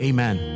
Amen